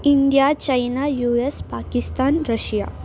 India China U S Pakistan Russia